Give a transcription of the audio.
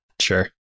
Sure